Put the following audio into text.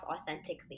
authentically